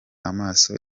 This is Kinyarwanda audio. amaso